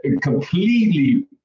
completely